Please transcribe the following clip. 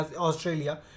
Australia